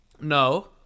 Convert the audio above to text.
No